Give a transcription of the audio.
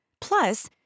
Plus